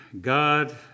God